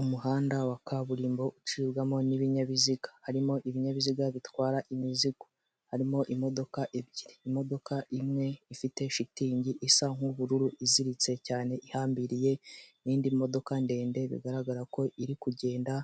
Umuhanda wa kaburimbo ucibwamo n'ibinyabiziga harimo ibinyabiziga bitwara imizigo, harimo imodoka ebyiri imodoka imwe ifite shitingi isa nk'ubururu iziritse cyane ihambiriye n'indi modoka ndende bigaragara ko iri kugenda